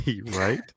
right